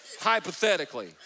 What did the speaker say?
Hypothetically